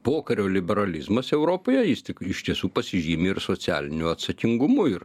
pokario liberalizmas europoje jis tik iš tiesų pasižymi ir socialiniu atsakingumu ir